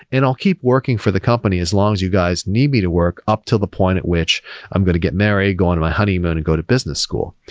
and i'll keep working for the company as long as you guys need me to work up to the point at which i'm going to get married, go on to my honeymoon and go to business school.